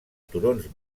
turons